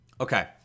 Okay